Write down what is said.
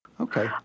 Okay